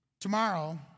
Tomorrow